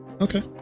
Okay